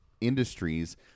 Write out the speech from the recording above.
industries